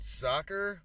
soccer